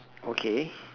okay